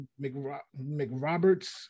McRoberts